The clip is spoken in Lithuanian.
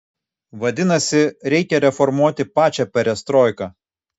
vadinasi reikia reformuoti pačią perestroiką